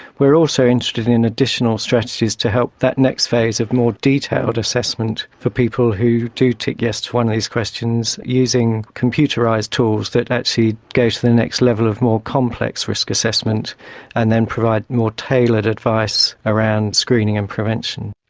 we are also interested in additional strategies to help that next phase of more detailed assessment for people who do tick yes to one of these questions using computerised tools that actually go to the next level of more complex risk assessment and then provide more tailored advice around screening and prevention.